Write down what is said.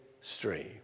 stream